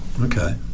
Okay